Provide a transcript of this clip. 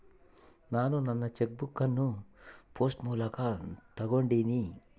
ನಾನು ನನ್ನ cheque book ಅನ್ನು ಪೋಸ್ಟ್ ಮೂಲಕ ತೊಗೊಂಡಿನಿ